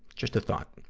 just a thought.